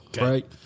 right